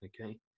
okay